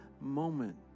moment